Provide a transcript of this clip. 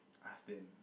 ask then